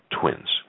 twins